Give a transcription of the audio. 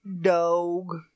dog